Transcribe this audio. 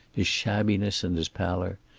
his shabbiness and his pallor,